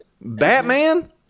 Batman